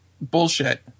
bullshit